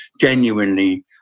genuinely